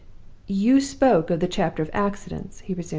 you spoke of the chapter of accidents, he resumed,